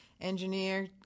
engineer